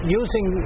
using